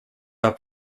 are